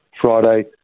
Friday